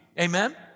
Amen